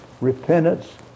repentance